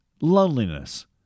Loneliness